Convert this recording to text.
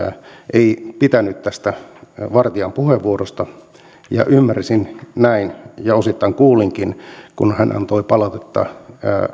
ei pitänyt tästä vartian puheenvuorosta ja ymmärsin näin ja osittain kuulinkin kun hän antoi palautetta